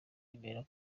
yemera